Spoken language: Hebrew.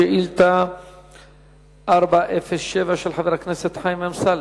שאילתא 407 של חבר הכנסת חיים אמסלם,